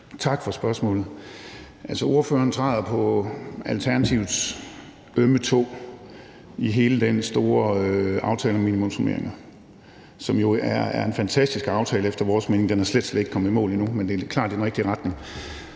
Tak for spørgsmålet. Altså, ordføreren træder på Alternativets ømme tå i hele den store aftale om minimumsnormeringer, som jo er en fantastisk aftale efter vores mening. Den er slet, slet ikke kommet i mål endnu, men det er klart et skridt i den rigtige retning.